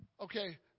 Okay